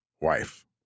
wife